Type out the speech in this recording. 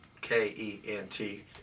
K-E-N-T